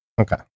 Okay